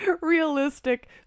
realistic